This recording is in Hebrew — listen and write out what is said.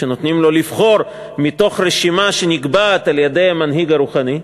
נותנים לו לבחור מתוך רשימה שנקבעת על-ידי המנהיג הרוחני,